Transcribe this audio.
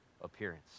appearance